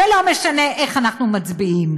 ולא משנה איך אנחנו מצביעים.